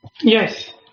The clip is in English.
Yes